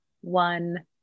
One